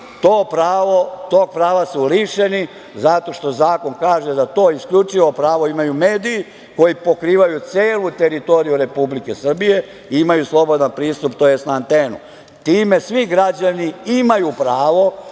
godina tog prava su lišeni zato što zakon kaže da to isključivo pravo imaju mediji koji pokrivaju celu teritoriji Republike Srbije, imaju slobodan pristup. Time svi građani imaju pravo